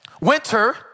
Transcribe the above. Winter